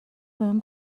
بهم